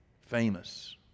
famous